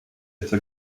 etwa